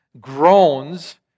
groans